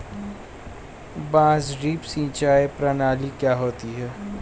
बांस ड्रिप सिंचाई प्रणाली क्या होती है?